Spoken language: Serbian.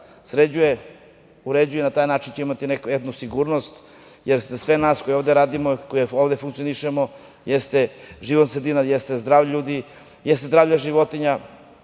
sređuje, uređuje. Na taj način ćemo imati jednu sigurnost, jer za sve nas koji ovde radimo, koji ovde funkcionišemo jeste životna sredina, jeste zdravlje ljudi,